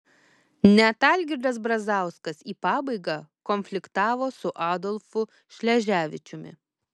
net algirdas brazauskas į pabaigą konfliktavo su adolfu šleževičiumi